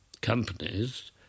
companies